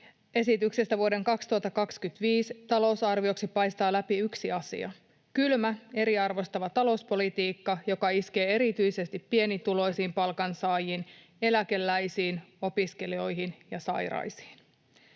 esityksestä vuoden 2025 talousarvioksi paistaa läpi yksi asia: kylmä, eriarvoistava talouspolitiikka, joka iskee erityisesti pienituloisiin palkansaajiin, eläkeläisiin, opiskelijoihin ja sairaisiin.